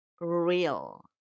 real